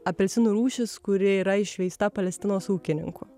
apelsinų rūšis kuri yra išveista palestinos ūkininkų